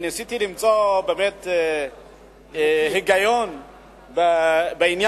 אני ניסיתי למצוא באמת היגיון בעניין,